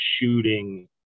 shooting